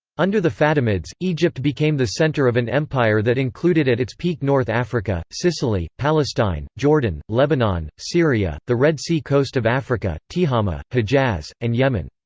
under the fatimids, egypt became the center of an empire that included at its peak north africa, sicily, palestine, jordan, lebanon, syria, the red sea coast of africa, tihamah, hejaz, and yemen.